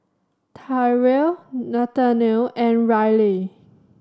Tyrel Nathaniel and Ryleigh